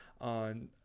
on